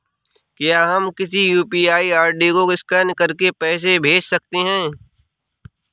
क्या हम किसी यू.पी.आई आई.डी को स्कैन करके पैसे भेज सकते हैं?